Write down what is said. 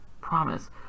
promise